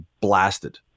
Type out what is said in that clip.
blasted